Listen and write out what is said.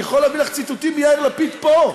אני יכול להביא לך ציטוטים מיאיר לפיד פה,